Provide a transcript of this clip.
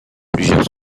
plusieurs